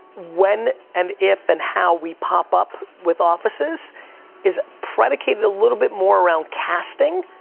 when and if and how we pop up with offices is predicated a little bit more around casting,